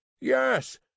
Yes